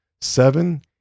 seven